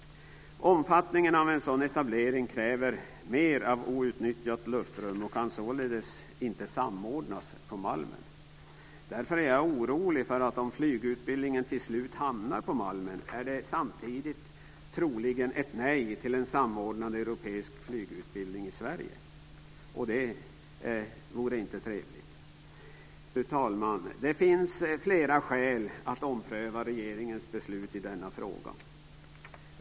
Omfattningen av en sådan etablering kräver mer av outnyttjat luftrum och kan således inte samordnas på Malmen. Därför är jag orolig för att om flygutbildningen till slut hamnar på Malmen är det samtidigt troligen ett nej till en samordnad europeisk flygutbildning i Sverige. Det vore inte trevligt. Fru talman! Det finns flera skäl att ompröva regeringens beslut i denna fråga.